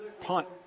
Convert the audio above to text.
punt